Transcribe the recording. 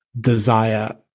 desire